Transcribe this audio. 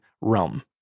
realm